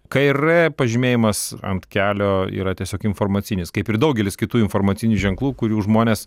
k ir r pažymėjimas ant kelio yra tiesiog informacinis kaip ir daugelis kitų informacinių ženklų kurių žmonės